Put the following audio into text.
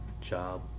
job